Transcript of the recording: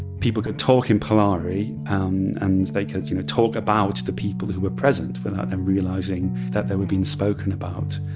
people could talk in polari um and they could you know talk about the people who were present without them realizing that they were being spoken about.